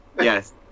yes